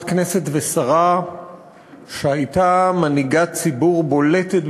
כנסת ושרה שהייתה מנהיגת ציבור בולטת במיוחד,